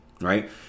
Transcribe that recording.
Right